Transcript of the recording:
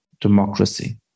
democracy